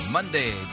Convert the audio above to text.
Monday